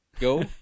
go